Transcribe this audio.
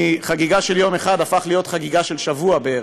מחגיגה של יום אחד הפך להיות חגיגה של שבוע בערך,